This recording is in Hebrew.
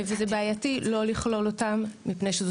זה בעייתי לא לכלול אותם מפני שזו